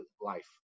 life